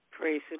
Praise